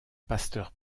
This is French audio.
pasteur